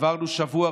עברנו שבוע,